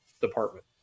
department